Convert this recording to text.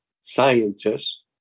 Scientists